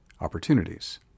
opportunities